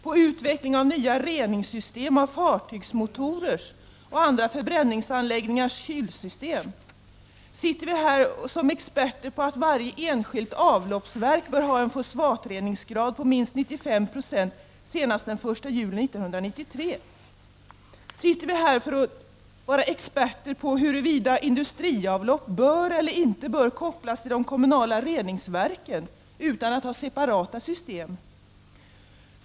Är vi experter på nya reningssystem och fartygmotorers och andra förbränningsanläggningars kylsystem? Sitter vi här som experter på att varje enskilt avloppsverk bör ha en reningsgrad för fosfater på minst 95 26 senast den 1 juli 1993? Sitter vi här för att vara experter på frågan huruvida industriavlopp bör kopplas eller inte till de kommunala reningsverken utan att ha separata system?